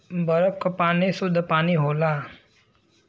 बरफ क पानी सुद्ध पानी होला